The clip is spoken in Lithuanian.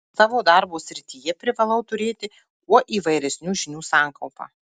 savo darbo srityje privalau turėti kuo įvairesnių žinių sankaupą